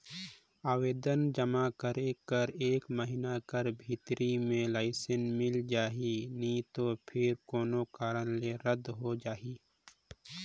आवेदन जमा करे कर एक महिना कर भीतरी में लाइसेंस मिल जाही नी तो फेर कोनो कारन ले रद होए जाही